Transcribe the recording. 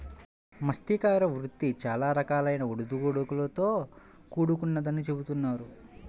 మత్స్యకార వృత్తి చాలా రకాలైన ఒడిదుడుకులతో కూడుకొన్నదని చెబుతున్నారు